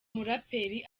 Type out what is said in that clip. muraperi